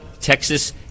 Texas